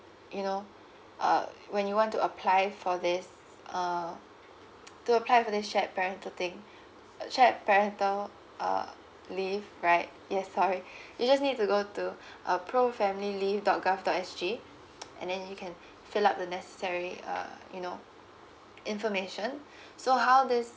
you know uh when you want to apply for this uh to apply for this shared parental thing uh shared parental uh leave right yes sorry you just need to go to uh pro family leave dot gov dot S G and then you can fill up the necessary uh you know information so how this